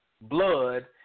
blood